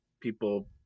people